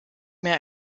mehr